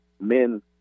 men